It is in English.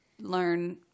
learn